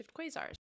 quasars